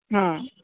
ಹಾಂ